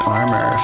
armor